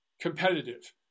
competitive